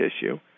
tissue